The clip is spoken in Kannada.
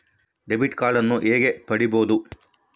ಡೆಬಿಟ್ ಕಾರ್ಡನ್ನು ಹೇಗೆ ಪಡಿಬೋದು?